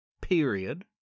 period